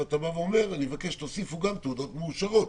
אני מבקש שתוסיפו גם תעודות מאושרות